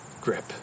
grip